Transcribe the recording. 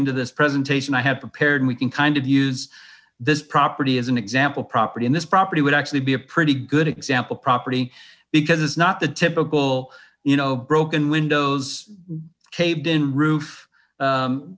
into this presentation i had prepared and we kind of use this property as an example property in this property would actually be a pretty good example property because it's not the typical no broken windows caved in roof